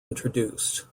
introduced